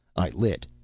i lit.